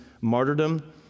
martyrdom